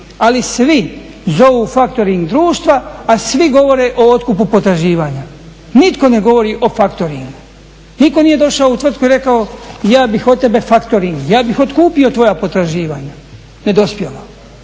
ali svi zovu faktoring društva a svi govore o otkupu potraživanja, nitko ne govori o faktoringu. Nitko nije došao u tvrtku i rekao ja bih od tebe faktoring, ja bih otkupio tvoja potraživanja, nedospjela.